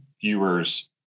viewers